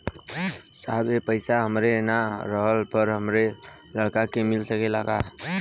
साहब ए पैसा हमरे ना रहले पर हमरे लड़का के मिल सकेला का?